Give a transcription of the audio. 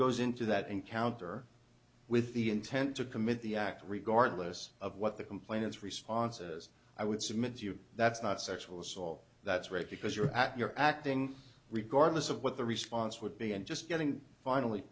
goes into that encounter with the intent to commit the act regardless of what the complainants responses i would submit to you that's not sexual assault that's right because you're at you're acting regardless of what the response would be and just getting finally